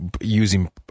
using